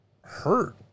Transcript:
hurt